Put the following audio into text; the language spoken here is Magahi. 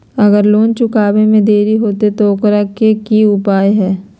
अगर लोन चुकावे में देरी होते तो ओकर की उपाय है?